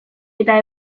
eta